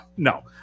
No